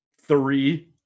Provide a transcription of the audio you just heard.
Three